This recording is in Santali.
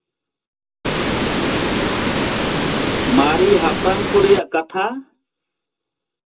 ᱢᱟᱨᱮ ᱦᱟᱯᱲᱟᱢ ᱠᱚ ᱨᱮᱭᱟᱜ ᱠᱟᱛᱷᱟ